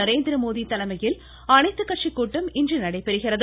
நரேந்திரமோடி தலைமையில் அனைத்துக்கட்சி கூட்டம் இன்று நடைபெறுகிறது